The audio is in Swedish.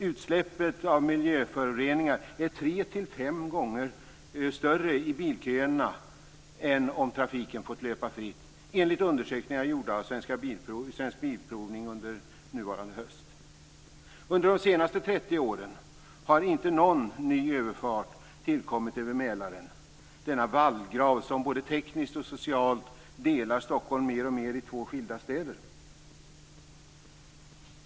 Utsläppen av miljöföroreningar är 3-5 gånger större i bilköerna än om trafiken får löpa fritt, enligt undersökningar gjorda av Under de senaste 30 åren har inte någon ny överfart tillkommit över Mälaren - denna vallgrav, som både tekniskt och socialt delar Stockholm mer och mer i två skilda städer.